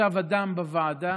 ישב אדם בוועדה